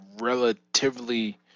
relatively